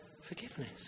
forgiveness